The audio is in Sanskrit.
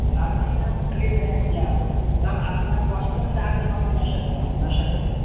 न चैनं क्लेदयन्त्यापो तम् आपणं कष्टं दातुमपि न शक्नोति न शक्यते